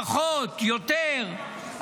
פחות או יותר,